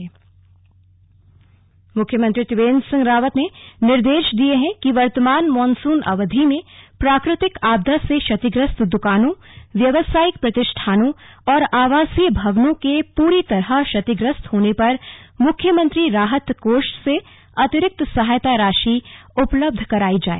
आपदा सहायता मुख्यमंत्री त्रिवेन्द्र सिंह रावत ने निर्देश दिये हैं कि वर्तमान मानसून अवधि में प्राकृतिक आपदा से क्षतिग्रस्त दुकानों व्यावसायिक प्रतिष्ठानों और आवासीय भवनों के पूरी तरह क्षतिग्रस्त होने पर मुख्यमंत्री राहत कोष से अतिरिक्त सहायता राशि उपलब्ध करायी जाए